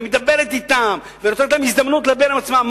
מדברת אתם ונותנת להם הזדמנות ללבן עם עצמם.